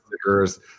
stickers